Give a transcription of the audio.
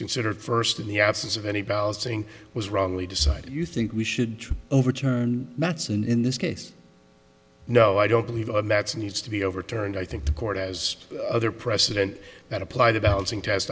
considered first in the absence of any balloting was wrongly decided you think we should overturn mattson in this case no i don't believe a match needs to be overturned i think the court has other precedent that applied a balancing test